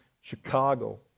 Chicago